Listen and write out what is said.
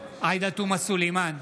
עאידה תומא סלימאן,